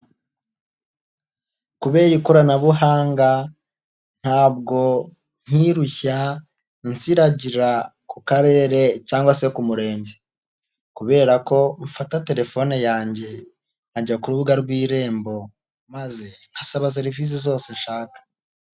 Kubera ikoranabuhanga, ntabwo nkirushya nsiragira ku karere cyangwa se ku murenge. Kubera ko mfata telefone yanjye ,nkajya ku rubuga rw'Irembo maze nkasaba serivisi zose nshaka.